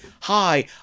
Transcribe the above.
hi